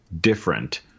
different